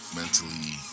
mentally